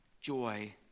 joy